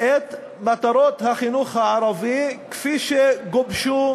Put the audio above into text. את מטרות החינוך הערבי כפי שגובשו